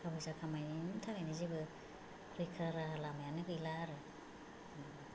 थाखा फैसा खामायनायनि थाखायनो जेबो रैखा राहा लामायानो गैला आरो जेनेबा